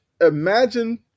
Imagine